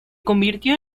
convirtió